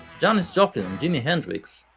janis joplin and jimi hendrix,